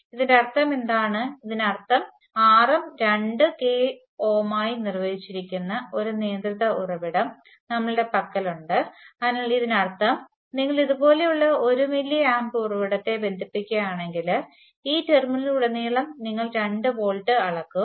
ഇതിന്റെ അർത്ഥമെന്താണ് ഇതിനർത്ഥം Rm രണ്ട് kΩ ആയി നിർവചിച്ചിരിക്കുന്ന ഒരു നിയന്ത്രിത ഉറവിടം നമ്മുടെ പക്കലുണ്ട് അതിനാൽ ഇതിനർത്ഥം നിങ്ങൾ ഇതുപോലുള്ള ഒരു മില്ലി ആമ്പ് ഉറവിടത്തെ ബന്ധിപ്പിക്കുകയാണെങ്കിൽ ഈ ടെർമിനലുകളിലുടനീളം നിങ്ങൾ രണ്ട് വോൾട്ട് അളക്കും